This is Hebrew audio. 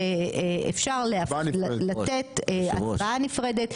אפשר לתת הצבעה נפרדת,